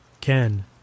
Ken